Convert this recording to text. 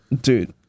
Dude